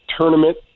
tournament